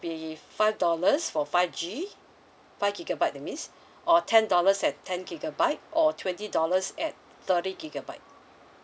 be five dollars for five G five gigabyte that means or ten dollars at ten gigabyte or twenty dollars at thirty gigabyte